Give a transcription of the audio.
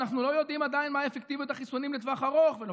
אנחנו לא יודעים עדיין מה אפקטיביות החיסונים לטווח ארוך ומה